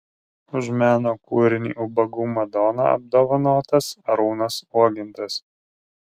už meno kūrinį ubagų madona apdovanotas arūnas uogintas